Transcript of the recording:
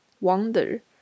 wonder